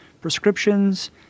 prescriptions